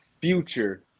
future